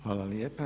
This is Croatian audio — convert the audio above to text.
Hvala lijepa.